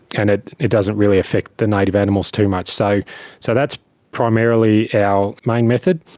and it it doesn't really affect the native animals too much. so so that's primarily our main method.